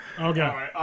Okay